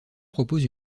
propose